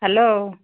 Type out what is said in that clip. hello